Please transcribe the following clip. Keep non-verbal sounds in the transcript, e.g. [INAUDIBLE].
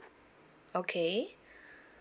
okay [BREATH]